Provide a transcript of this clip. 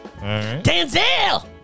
Denzel